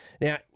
Now